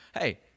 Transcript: hey